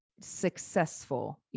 successful